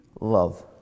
love